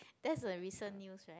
that's a recent news right